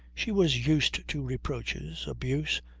she was used to reproaches, abuse,